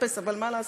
אבל מה לעשות,